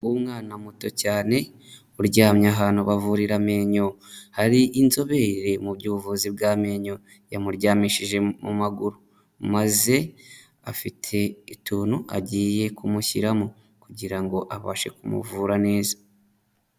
Umwana muto cyane uryamye ahantu bavurira amenyo hari inzobere muby'ubuvuzi bw'amenyo, yamuryamishije mu maguru maze afite utuntu agiye kumushyiramo kugira ngo abashe kumuvura neza.